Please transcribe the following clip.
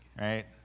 right